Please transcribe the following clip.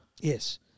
Yes